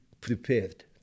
prepared